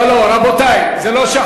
לא, לא, רבותי, זו לא שחצנות.